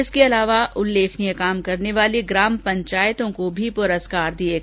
इसके अलावा उल्लेखनीय काम करने वाली ग्राम पंचायतों को भी पुरस्कृत किया गया